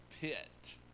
pit